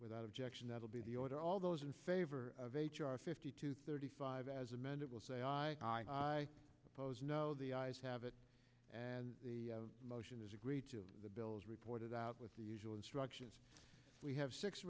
without objection that will be the order all those in favor of h r fifty two thirty five as amended will say i suppose no the eyes have it and the motion is agreed to the bills reported out with the usual instructions we have six